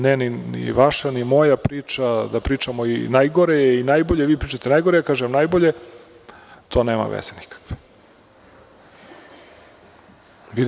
Ne ni vaša ni moja priča, da pričamo i najgore i najbolje, vi pričate najgore, ja kažem najbolje, to nema nikakve veze.